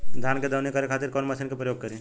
धान के दवनी करे खातिर कवन मशीन के प्रयोग करी?